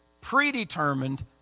predetermined